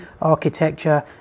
architecture